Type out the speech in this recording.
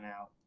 out